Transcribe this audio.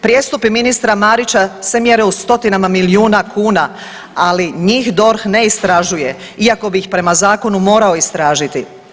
Prijestupi ministra Marića se mjere u stotinama milijuna kuna, ali njih DORH ne istražuje, iako bi ih prema Zakonu morao istražiti.